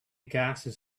gases